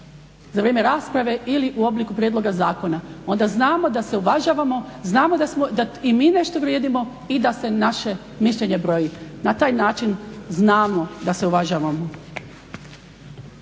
za vrijeme rasprave ili u obliku prijedloga zakona. Onda znamo da se uvažavamo, znamo da i mi nešto vrijedimo i da se naše mišljenje broji. Na taj način znamo da se uvažavamo.